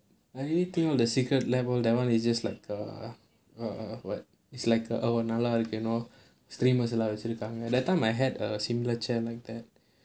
I really think of the Secretlab lor that [one] is just like a err err what is like a oh நல்லா இருக்குல்ல:nallaa irukkula you know streammers லாம் வச்சிருப்பாங்க:laam vachirupaanga that time I had a similar chair like that